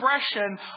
expression